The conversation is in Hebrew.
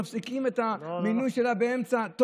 מפסיקים את המינוי שלה באמצע, לא, לא.